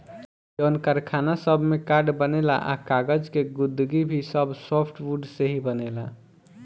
जवन कारखाना सब में कार्ड बनेला आ कागज़ के गुदगी भी सब सॉफ्टवुड से ही बनेला